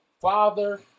father